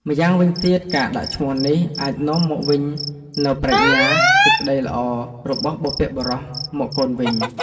ម្យ៉ាងវិញទៀត ការដាក់ឈ្មោះនេះ អាចនាំមកវិញនូវប្រាជ្ញា សេចក្ដីល្អ របស់បុព្វបុរសមកកូនវិញ។